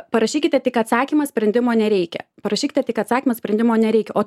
parašykite tik atsakymą sprendimo nereikia parašykite tik atsakymą sprendimo nereikia o